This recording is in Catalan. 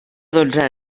dotze